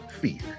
Fear